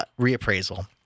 reappraisal